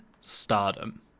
Stardom